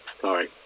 Sorry